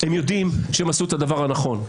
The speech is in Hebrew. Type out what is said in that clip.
הם יודעים שהם עשו את הדבר הנכון.